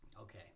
Okay